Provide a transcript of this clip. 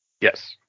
Yes